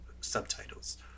subtitles